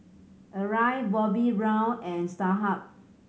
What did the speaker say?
Arai Bobbi Brown and Starhub